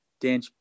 Dan